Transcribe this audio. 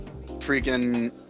Freaking